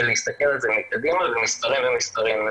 להסתכל על זה מקדימה ומספרים ומספרים,